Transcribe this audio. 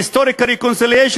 מה-historic reconciliation,